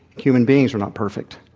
human beings are not perfect